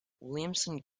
williamson